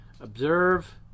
observe